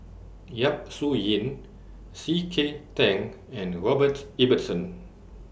Yap Su Yin C K Tang and Robert Ibbetson